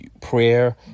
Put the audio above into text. prayer